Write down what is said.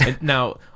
Now